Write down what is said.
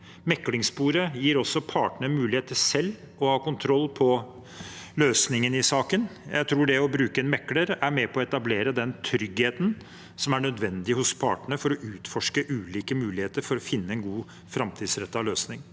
Meklingssporet gir også partene mulighet til selv å ha kontroll på løsningen i saken. Jeg tror det å bruke en mekler er med på å etablere den tryggheten hos partene som er nødvendig for å utforske ulike muligheter for å finne en god, framtidsrettet løsning.